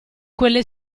quelle